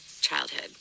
childhood